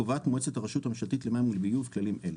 קובעת מועצת הרשות הממשלתית למים ולביוב כללים אלה: